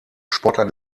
sportler